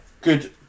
good